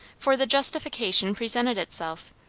for the justification presented itself,